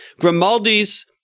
Grimaldi's